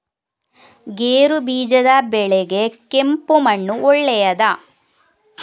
ಗೇರುಬೀಜದ ಬೆಳೆಗೆ ಕೆಂಪು ಮಣ್ಣು ಒಳ್ಳೆಯದಾ?